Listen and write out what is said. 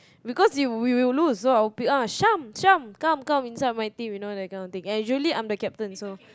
because we will lose so I will usually choose sham sham come be on my team and usually I'm the captain so